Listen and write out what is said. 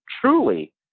truly